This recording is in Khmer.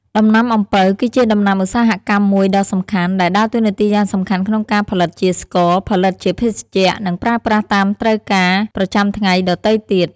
ដំណាំអំពៅ គឺជាដំណាំឧស្សាហកម្មមួយដ៏សំខាន់ ដែលដើរតួនាទីយ៉ាងសំខាន់ក្នុងការផលិតជាស្ករ ផលិតជាភេសជ្ជៈ និងប្រើប្រាស់តាមត្រូវការប្រចាំថ្ងៃដទៃទៀត។